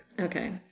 Okay